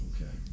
Okay